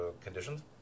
conditions